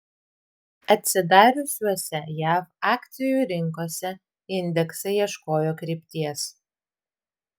atsidariusiose jav akcijų rinkose indeksai ieškojo krypties